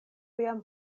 jam